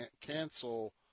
cancel